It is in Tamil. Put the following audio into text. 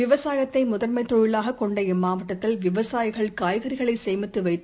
விவசாயத்தைமுதன்மைதொழிலாககொண்ட இம்மாவட்டத்தில் விவசாயிகள் காய்கறிகளைசேமித்துவைத்து